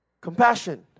compassion